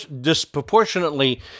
disproportionately